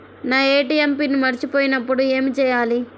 నా ATM PIN మర్చిపోయినప్పుడు ఏమి చేయాలి?